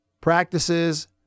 practices